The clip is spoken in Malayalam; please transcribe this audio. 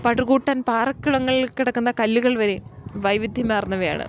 പടുക്കൂട്ടൻ പാറക്കിളങ്ങൾക്കിടക്ക്ന്ന കല്ലുകൾ വരെ വൈവിധ്യമാർന്നവയാണ്